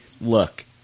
look